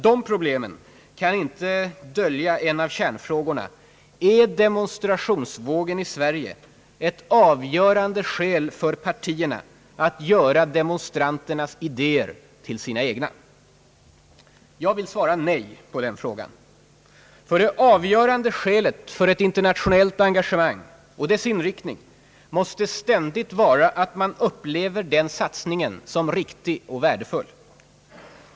De problemen kan inte dölja en av kärnfrågorna: Är demonstrationsvågen i Sverige ett avgörande skäl för partierna att göra demonstranternas idéer till sina egna? Jag vill svara nej på den frågan. Ty det avgörande skälet för ett internationelit engagemang, och dess inriktning, måste ständigt vara att man upplever den satsningen såsom riktig och värdefull.